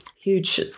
Huge